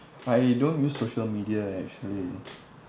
I don't use social media actually